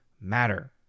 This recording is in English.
matter